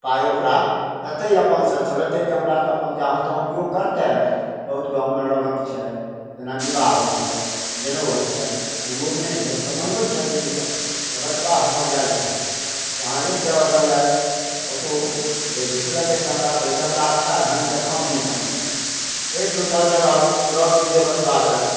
पाइ ओकरा एतऽ अपन फेर चलेतै कैमरा तऽ अपन जहाँ तहाँ उपयोग करतै बहुत गाँवमे लगन छै जेना बिबाह होयत छै जनउ होयत छै मुड़ने भेल तऽ मँगबैत छथिन ओसब तऽ बचबा हमर जाय छलै वहाँ एक जगह गेलै तऽ फोटो जे घिचलकै कैमरा से जे कैमरा अच्छा ढङ्ग से काम नहि केलकै फेर दोसर जगह लऽ गेलियै बचबाके